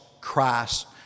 christ